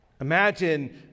Imagine